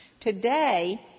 today